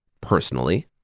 Personally